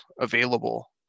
available